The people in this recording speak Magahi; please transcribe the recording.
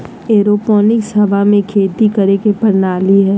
एरोपोनिक हवा में खेती करे के प्रणाली हइ